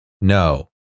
no